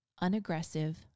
unaggressive